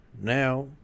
Now